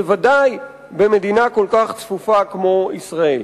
בוודאי במדינה כל כך צפופה כמו ישראל.